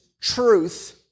truth